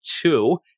two